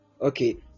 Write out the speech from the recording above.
Okay